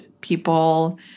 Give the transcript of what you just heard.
people